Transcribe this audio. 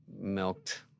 milked